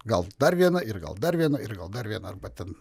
gal dar vieną ir gal dar vieną ir gal dar vieną arba ten